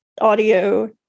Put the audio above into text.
audio